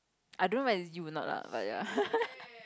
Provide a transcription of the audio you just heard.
I don't know whether is you a not lah but ya